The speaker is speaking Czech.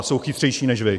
Jsou chytřejší než vy!